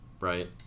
Right